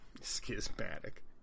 schismatic